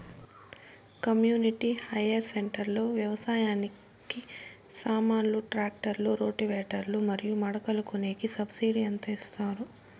community hire centre లో వ్యవసాయానికి సామాన్లు ట్రాక్టర్లు రోటివేటర్ లు మరియు మడకలు కొనేకి సబ్సిడి ఎంత ఇస్తారు